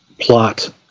plot